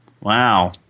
Wow